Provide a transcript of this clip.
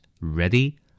Ready